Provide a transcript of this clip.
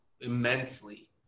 immensely